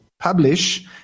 publish